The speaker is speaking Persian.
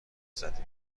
زدیم